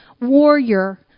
warrior